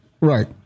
Right